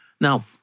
Now